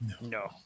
No